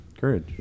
Courage